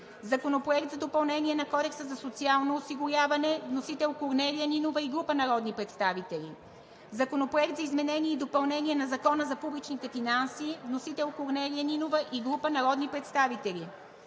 Законопроект за допълнение на Кодекса за социално осигуряване. Внесен е от Корнелия Нинова и група народни представители. Законопроект за изменение и допълнение на Закона за публичните финанси. Внесен е от Корнелия Нинова и група народни представители.